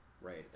right